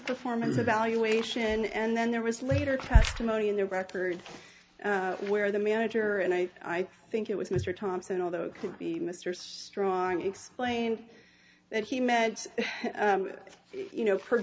performance evaluation and then there was later testimony in the record where the manager and i think it was mr thompson although it could be mr strong explained that he meant you know